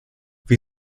wir